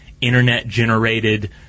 Internet-generated